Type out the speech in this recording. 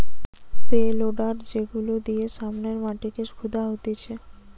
pay loader যেগুলা দিয়ে সামনের মাটিকে খুদা হতিছে